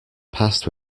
passed